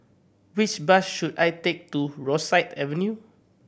which bus should I take to Rosyth Avenue